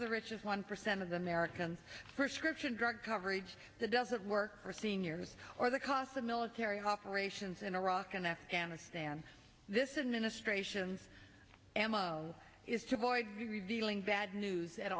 the richest one percent of the american prescription drug coverage that doesn't work for seniors or the cost of military operations in iraq and afghanistan this is ministrations m o is to avoid revealing bad news at